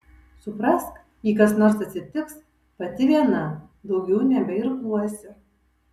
suprask jei kas nors atsitiks pati viena daugiau nebeirkluosi